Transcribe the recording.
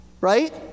right